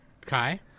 Kai